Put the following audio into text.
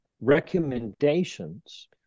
recommendations